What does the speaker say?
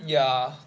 ya